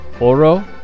oro